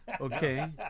Okay